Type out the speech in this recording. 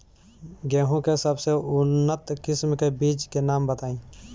गेहूं के सबसे उन्नत किस्म के बिज के नाम बताई?